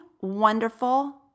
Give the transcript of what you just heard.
wonderful